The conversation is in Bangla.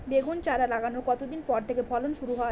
বেগুন চারা লাগানোর কতদিন পর থেকে ফলন শুরু হয়?